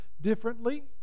differently